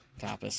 Tapas